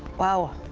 wow.